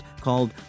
called